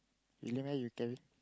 really meh you carry